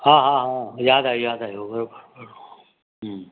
हा हा हा यादि आहे यादि आयो बराबरि बराबरि हम्म